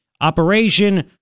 operation